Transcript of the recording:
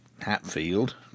Hatfield